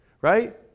right